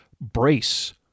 brace